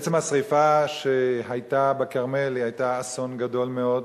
בעצם השרפה שהיתה בכרמל היתה אסון גדול מאוד,